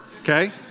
okay